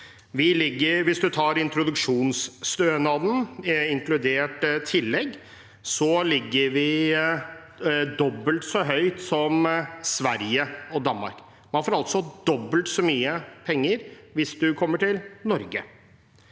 Hvis man ser på introduksjonsstønaden, inkludert tillegg, er den dobbelt så høy som i Sverige og Danmark. Man får altså dobbelt så mye penger hvis man kommer til Norge.